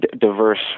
diverse